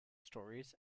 stories